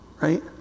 Right